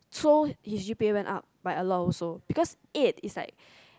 so his g_p_a went up by a lot also because eight is like